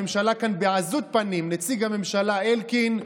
הממשלה כאן, בעזות פנים, נציג הממשלה, אלקין,